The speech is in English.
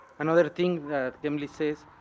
another thing that chemly says,